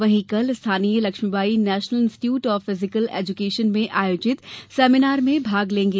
वहीं कल स्थानीय Lakshmibai National Institute of Physical Education में आयोजित सेमीनार में माग लेंगे